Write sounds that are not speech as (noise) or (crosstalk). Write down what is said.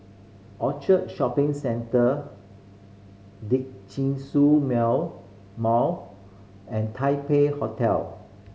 Orchard Shopping Centre Djitsun (unintelligible) Mall and Taipei Hotel